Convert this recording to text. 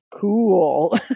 cool